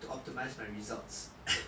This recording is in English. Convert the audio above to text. to optimise my results